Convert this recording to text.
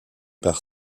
par